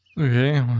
Okay